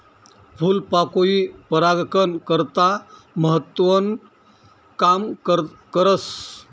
फूलपाकोई परागकन करता महत्वनं काम करस